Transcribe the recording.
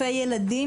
רופא ילדים,